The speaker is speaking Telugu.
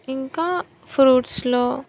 ఇంకా ఫ్రూట్స్లో